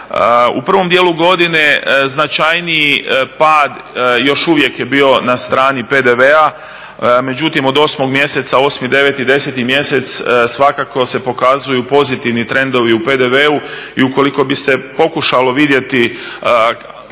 U prvom dijelu godine značajniji pa još uvijek je bio na strani PDV-a, međutim od 8. mjeseca, 8., 9., 10. mjesec svakako se pokazuju pozitivni trendovi u PDV-u i ukoliko bi se pokušalo vidjeti,